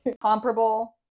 Comparable